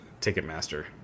Ticketmaster